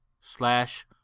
slash